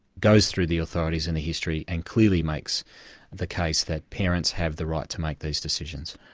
goes through the authorities and the history, and clearly makes the case that parents have the right to make these decisions.